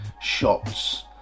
shots